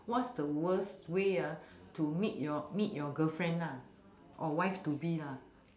what's the worst way ah to meet your meet your girlfriend lah or wife to be lah